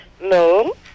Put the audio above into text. no